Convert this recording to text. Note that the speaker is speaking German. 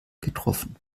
getroffen